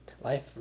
life